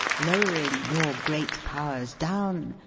lowering your great powers down,